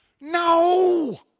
no